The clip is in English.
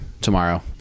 tomorrow